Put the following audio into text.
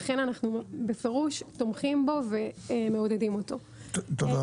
לכן אנחנו תומכים בו ומעודדים אותו, בפירוש.